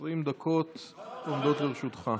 20 דקות עומדות לרשותך.